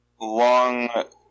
long